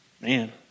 Man